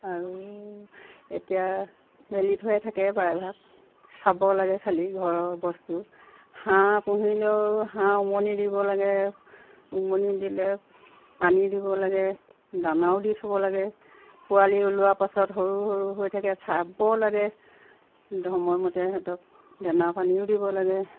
আৰু এতিয়া মেলি থোৱাই থাকে প্ৰায়ভাগ চাব লাগে খালী ঘৰৰ বস্তু হাঁহ পুহিলেও হাঁহ উমনি দিব লাগে উমনি দিলে পানী দিব লাগে দানাও দি থ'ব লাগে পোৱালি ওলোৱা পাছত সৰু সৰু হৈ থাকে চাব লাগে সময়মতে সিহঁতক দানা পানীও দিব লাগে